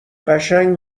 قشنگ